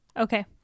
okay